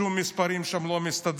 שום מספר, המספרים שם לא מסתדרים.